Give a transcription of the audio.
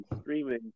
streaming